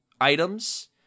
items